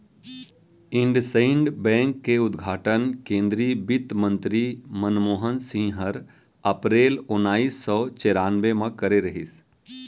IndusInd bank के उद्घाटन केन्द्रीय बित्तमंतरी मनमोहन सिंह हर अपरेल ओनाइस सौ चैरानबे म करे रहिस